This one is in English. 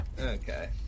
Okay